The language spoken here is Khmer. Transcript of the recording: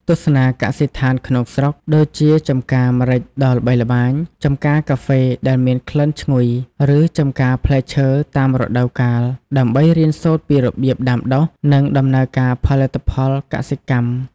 ទស្សនាកសិដ្ឋានក្នុងស្រុក ដូចជាចម្ការម្រេចដ៏ល្បីល្បាញ ចម្ការកាហ្វេដែលមានក្លិនឈ្ងុយ ឬចម្ការផ្លែឈើតាមរដូវកាល ដើម្បីរៀនសូត្រពីរបៀបដាំដុះ និងដំណើរការផលិតផលិតផលកសិកម្ម។